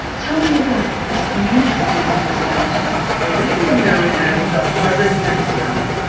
tell me about this beautiful looking skeleton. well this is known as the harvard mastodon.